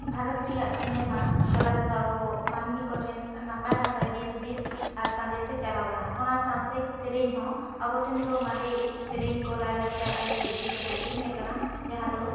ᱵᱷᱟᱨᱚᱛ ᱨᱮᱭᱟᱜ ᱥᱤᱱᱮᱢᱟ ᱛᱟᱞᱟ ᱛᱮᱫᱚ ᱟᱵᱚ ᱢᱟᱹᱱᱢᱤ ᱠᱚ ᱴᱷᱮᱱ ᱱᱟᱯᱟᱭ ᱱᱟᱯᱟᱭ ᱫᱤᱥ ᱦᱩᱫᱤᱥ ᱟᱨ ᱥᱟᱸᱫᱮᱥ ᱮ ᱪᱟᱞ ᱟᱵᱚᱱᱟ ᱚᱱᱟ ᱥᱟᱶᱛᱮ ᱥᱮᱨᱮᱧ ᱦᱚᱸ ᱟᱵᱚ ᱴᱷᱮᱱ ᱫᱚ ᱢᱟᱨᱮ ᱥᱮᱨᱮᱧ ᱠᱚ ᱞᱟᱭ ᱞᱟᱠᱪᱟᱨ ᱟ ᱨᱤ ᱪᱟᱞᱤ ᱤᱫᱤ ᱠᱟᱛᱮᱜ ᱥᱮᱨᱮᱧ ᱟᱠᱟᱱᱟ ᱡᱟᱦᱟᱸ ᱫᱚ